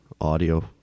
audio